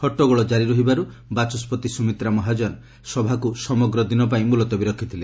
ହଟଗୋଳ କାରି ରହିବାରୁ ବାଚସ୍କତି ସୁମିତ୍ରା ମହାଜନ ସଭାକୁ ସମଗ୍ର ଦିନ ପାଇଁ ମୁଲତବୀ ରଖିଥିଲେ